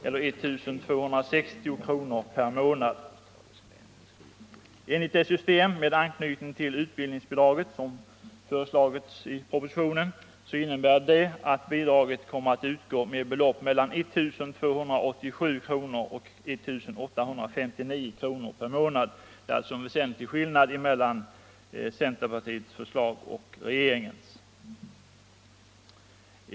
med 1 260 kr. per månad. Enligt det system med anknytning till utbildningsbidraget som föreslagits i propositionen kommer bidraget att utgå med ett belopp mellan 1287 kr. och 1859 kr. per månad. Det är alltså en väsentlig skillnad mellan centerpartiets förslag och regeringens.